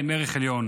הם ערך עליון.